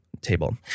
table